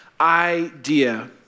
idea